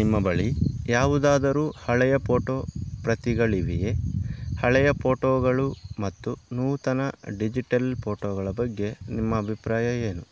ನಿಮ್ಮ ಬಳಿ ಯಾವುದಾದರೂ ಹಳೆಯ ಪೋಟೊ ಪ್ರತಿಗಳಿವೆಯೇ ಹಳೆಯ ಪೋಟೊಗಳು ಮತ್ತು ನೂತನ ಡಿಜಿಟಲ್ ಪೋಟೊಗಳ ಬಗ್ಗೆ ನಿಮ್ಮ ಅಭಿಪ್ರಾಯ ಏನು